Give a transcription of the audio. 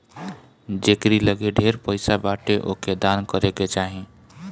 जेकरी लगे ढेर पईसा बाटे ओके दान करे के चाही